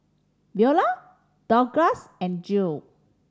Veola Douglass and Jill